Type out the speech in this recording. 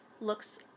looks